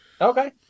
Okay